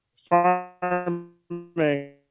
farming